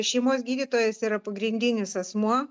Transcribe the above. šeimos gydytojas yra pagrindinis asmuo